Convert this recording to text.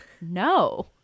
no